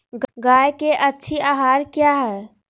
गाय के अच्छी आहार किया है?